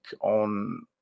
on